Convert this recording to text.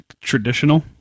traditional